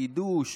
קידוש.